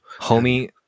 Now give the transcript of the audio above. homie